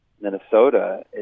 Minnesota